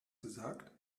gesagt